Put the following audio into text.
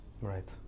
Right